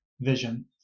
vision